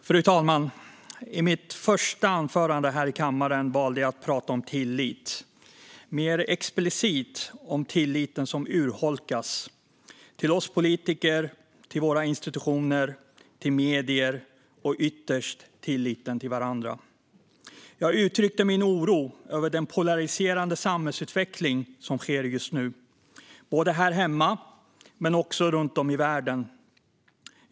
Fru talman! I mitt första anförande här i kammaren valde jag att tala om tillit - mer explicit om tilliten som urholkas. Det handlar om tilliten till oss politiker, till våra institutioner, till medier och ytterst om tilliten till varandra. Jag utryckte min oro över den polariserande samhällsutveckling som sker just nu både här hemma och runt om i världen.